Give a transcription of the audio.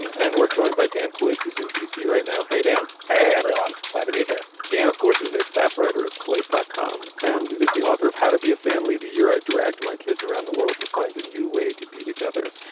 and and we're joined by dan cases in d c. right now. hey, dan. hey, everyone. glad to be here. dan, of course, is a staff writer at slate dot com and is the author of how to be a family the year i dragged my kids around the world to find a new way to be together.